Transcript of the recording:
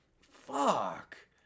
Fuck